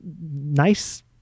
nice